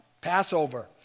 Passover